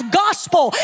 gospel